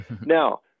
Now